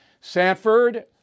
Sanford